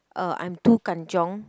uh I'm too kanchiong